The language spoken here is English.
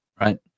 Right